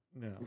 No